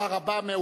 תודה רבה.